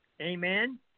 Amen